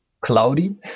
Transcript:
cloudy